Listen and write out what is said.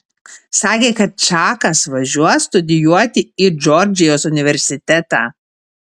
sakė kad čakas važiuos studijuoti į džordžijos universitetą